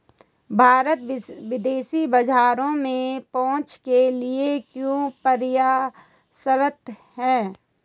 भारत विदेशी बाजारों में पहुंच के लिए क्यों प्रयासरत है?